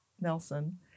Nelson